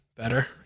Better